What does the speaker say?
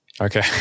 okay